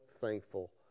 thankful